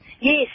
Yes